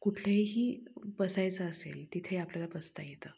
कुठेही बसायचं असेल तिथे आपल्याला बसता येतं